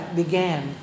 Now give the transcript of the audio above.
began